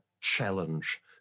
challenge